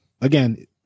again